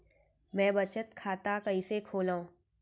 मै बचत खाता कईसे खोलव?